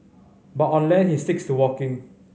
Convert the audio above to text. but on land he sticks to walking